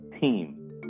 team